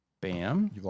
Bam